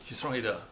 she strong-headed ah